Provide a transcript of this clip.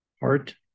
heart